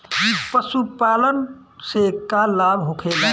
पशुपालन से का लाभ होखेला?